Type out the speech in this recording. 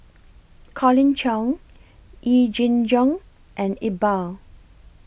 Colin Cheong Yee Jenn Jong and Iqbal